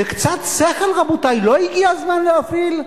וקצת שכל, רבותי, לא הגיע הזמן להפעיל?